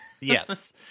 Yes